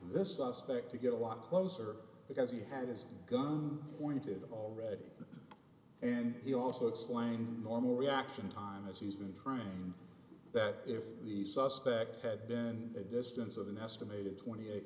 this suspect to get a lot closer because he had his gun pointed already and he also explained normal reaction time as he's been trained that if the suspect had been a distance of an estimated twenty eight